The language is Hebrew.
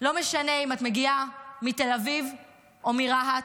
לא משנה אם את מגיעה מתל אביב או מרהט,